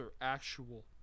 actual